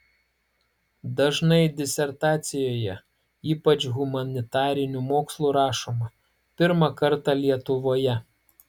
dažnai disertacijoje ypač humanitarinių mokslų rašoma pirmą kartą lietuvoje